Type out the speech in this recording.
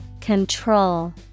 Control